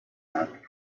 out